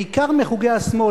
בעיקר מחוגי השמאל,